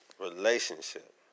relationship